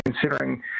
considering